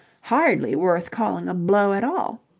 hardly worth calling a blow at all.